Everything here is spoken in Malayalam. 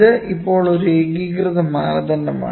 ഇത് ഇപ്പോൾ ഒരു ഏകീകൃത മാനദണ്ഡമാണ്